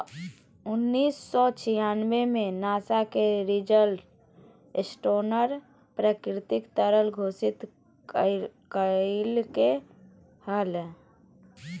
उन्नीस सौ छियानबे में नासा के रिचर्ड स्टोनर प्राकृतिक तरल घोषित कइलके हल